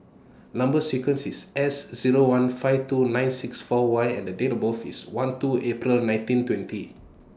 Number sequence IS S Zero one five two nine six four Y and Date of birth IS one two April nineteen twenty